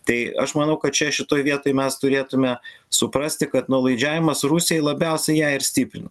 tai aš manau kad čia šitoj vietoj mes turėtume suprasti kad nuolaidžiavimas rusijai labiausiai ją ir stiprina